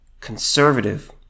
conservative